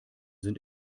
sind